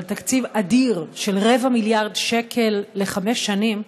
אבל תקציב אדיר של רבע מיליארד שקל לחמש שנים,